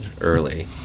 early